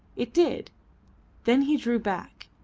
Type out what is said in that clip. it did then he drew back,